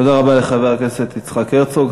תודה רבה לחבר הכנסת יצחק הרצוג.